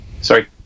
Sorry